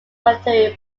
monterey